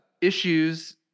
issues